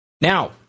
Now